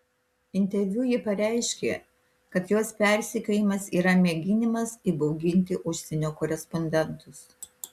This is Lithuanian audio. interviu ji pareiškė kad jos persekiojimas yra mėginimas įbauginti užsienio korespondentus